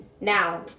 now